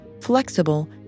flexible